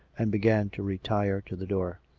and began to retire to the door.